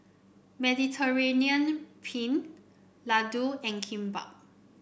Mediterranean Penne Ladoo and Kimbap